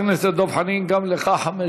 חבר הכנסת דב חנין, גם לך חמש